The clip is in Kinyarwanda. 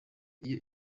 iyo